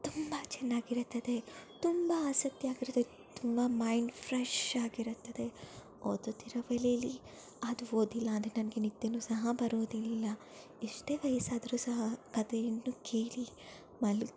ತುಂಬ ಚೆನ್ನಾಗಿರುತ್ತದೆ ತುಂಬ ಆಸಕ್ತಿಯಾಗಿರುತ್ತೆ ತುಂಬ ಮೈಂಡ್ ಫ್ರೆಶ್ ಆಗಿರುತ್ತದೆ ಓದೋದರ ವೇಳೆಯಲ್ಲಿ ಅದು ಓದಿಲ್ಲ ಅಂದರೆ ನನಗೆ ನಿದ್ದೇನು ಸಹ ಬರುವುದಿಲ್ಲ ಎಷ್ಟೇ ವಯಸ್ಸಾದರೂ ಸಹ ಕಥೆಯನ್ನು ಕೇಳಿ ಮಲ್ಗಿ